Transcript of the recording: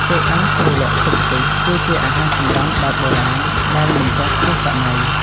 ចេកអាំងជ្រលក់ទឹកខ្ទិះ គឺជាអាហារសម្រន់បែបបុរាណដែលមិនចេះហួសសម័យ។